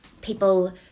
people